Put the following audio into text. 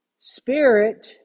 Spirit